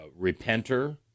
repenter